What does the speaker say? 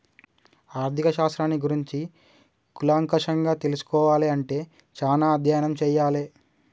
ఆర్ధిక శాస్త్రాన్ని గురించి కూలంకషంగా తెల్సుకోవాలే అంటే చానా అధ్యయనం చెయ్యాలే